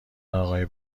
آقای